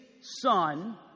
son